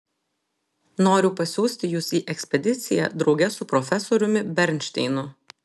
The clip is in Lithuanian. noriu pasiųsti jus į ekspediciją drauge su profesoriumi bernšteinu